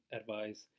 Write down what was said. advice